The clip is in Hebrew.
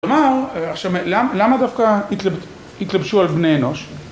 כלומר, עכשיו, למה דווקא התלבשו על בני אנוש?